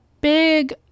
big